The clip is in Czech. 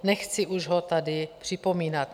Nechci už ho tady připomínat.